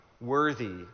worthy